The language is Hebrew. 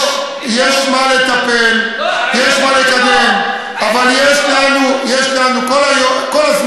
יש מה לטפל, יש מה לקדם, אבל יש לנו כל הזמן,